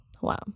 wow